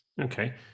Okay